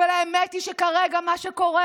אבל האמת היא שכרגע מה שקורה